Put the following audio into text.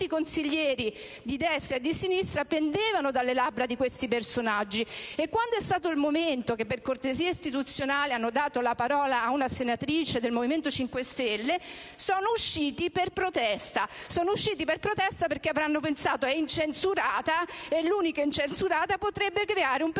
i consiglieri di destra e di sinistra pendevano dalle labbra di questi personaggi, e quando è stato il momento che, per cortesia istituzionale, hanno dato la parola ad una senatrice del Movimento 5 Stelle, sono usciti per protesta, perché avranno pensato che ero incensurata, e l'unica incensurata avrebbe forse potuto